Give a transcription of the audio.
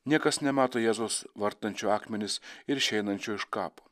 niekas nemato jėzaus vartančio akmenis ir išeinančio iš kapo